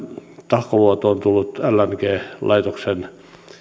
tahkoluotoon tulleen lng laitoksen